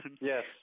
Yes